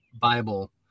Bible